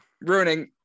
ruining